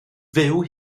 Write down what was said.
fyw